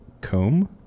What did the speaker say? Comb